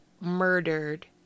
murdered